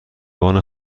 بانم